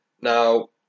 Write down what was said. Now